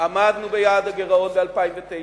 עמדנו ביעד הגירעון ב-2009,